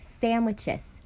sandwiches